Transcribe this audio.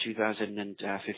2015